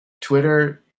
Twitter